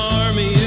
army